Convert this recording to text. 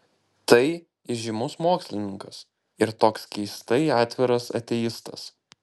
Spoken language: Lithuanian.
tai įžymus mokslininkas ir toks keistai atviras ateistas